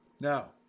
now